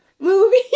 Movie